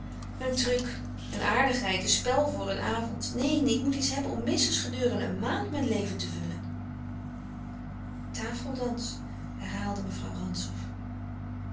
een truc een aardigheid een spel voor een avond neen ik moet iets hebben om minstens gedurende een maand mijn leven te vullen tafeldans herhaalde mevrouw rantzow